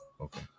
okay